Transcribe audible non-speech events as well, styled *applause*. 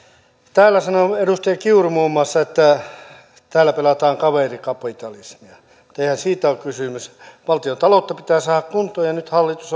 täällä sanoi muun muassa edustaja kiuru että täällä pelataan kaverikapitalismia mutta eihän siitä ole kysymys valtiontaloutta pitää saada kuntoon ja nyt hallitus *unintelligible*